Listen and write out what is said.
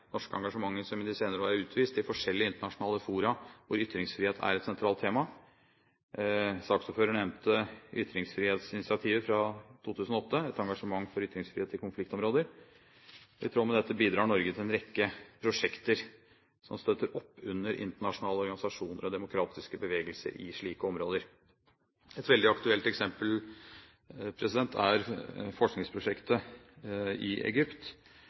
norske engasjementet som i de senere år er utvist i forskjellige internasjonale fora hvor ytringsfrihet er et sentralt tema. Saksordføreren nevnte ytringsfrihetsinitiativet fra 2008, et engasjement for ytringsfrihet i konfliktområder. I tråd med dette bidrar Norge til en rekke prosjekter som støtter opp under internasjonale organisasjoner og demokratiske bevegelser i slike områder. Et veldig aktuelt eksempel er forskningsprosjektet i Egypt,